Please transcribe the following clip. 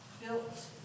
built